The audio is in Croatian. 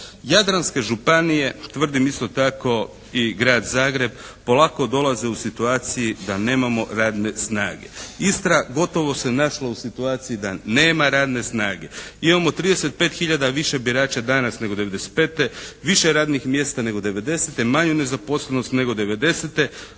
Jadranske županije tvrdim isto tako i Grad Zagreb polako dolaze u situacije da nemamo radne snage. Istra gotovo se našla u situaciji da nema radne snage. Imamo 35 hiljada više birača danas nego '95., više radnih mjesta nego '90., manju nezaposlenost nego '90.,